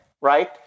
right